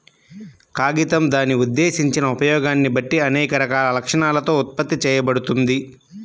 కాగితం దాని ఉద్దేశించిన ఉపయోగాన్ని బట్టి అనేక రకాల లక్షణాలతో ఉత్పత్తి చేయబడుతుంది